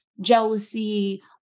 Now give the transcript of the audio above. jealousy